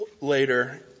Later